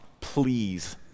Please